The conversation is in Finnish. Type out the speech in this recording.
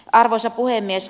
arvoisa puhemies